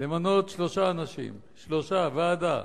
למנות שלושה אנשים, ועדה